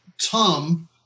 Tom